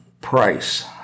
price